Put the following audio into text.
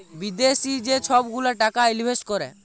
বিদ্যাশি যে ছব গুলা টাকা ইলভেস্ট ক্যরে